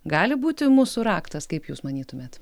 gali būti mūsų raktas kaip jūs manytumėt